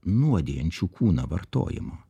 nuodijančių kūną vartojimo